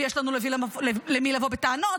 ויש לנו למי לבוא בטענות,